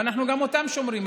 ואנחנו גם אותם שומרים.